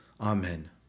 Amen